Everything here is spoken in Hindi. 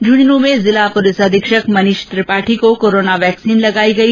झुंझुनूं में जिला पुलिस अधीक्षक मनीष त्रिपाठी को कोरोना वैक्सीन लंगाई गई